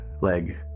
leg